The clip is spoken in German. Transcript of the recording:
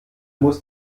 muss